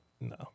no